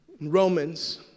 Romans